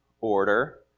order